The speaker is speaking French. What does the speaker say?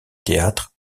théâtres